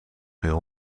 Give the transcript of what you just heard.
heel